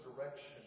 direction